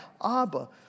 Abba